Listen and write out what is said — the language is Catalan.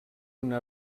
una